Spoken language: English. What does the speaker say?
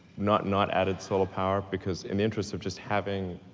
not not added solar power because in the interest of just having